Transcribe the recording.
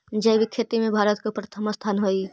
जैविक खेती में भारत के प्रथम स्थान हई